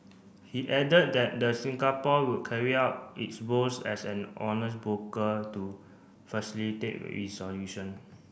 he added that the Singapore will carry out its roles as an honest broker to facilitate resolution